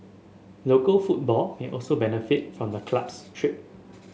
local football may also benefit from the club's trip